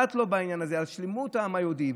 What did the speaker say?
בעניין הזה היה אכפת לו שלמות העם היהודי,